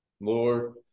Lord